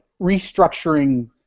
restructuring